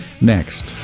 next